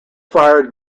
fired